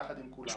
יחד עם כולם.